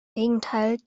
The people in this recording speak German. gegenteil